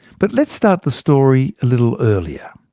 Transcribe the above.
but let's start the story a little earlier,